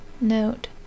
note